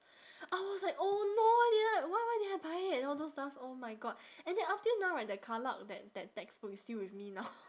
I was like oh no idiot why why did I buy it all those stuff oh my god and then up till now right that that that textbook is still with me now